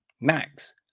max